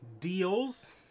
deals